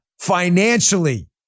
financially